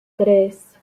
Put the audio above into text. tres